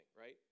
right